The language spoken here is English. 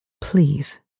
please